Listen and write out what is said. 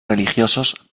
religiosos